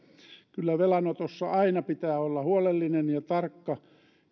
kyllä velanotossa aina pitää olla huolellinen ja tarkka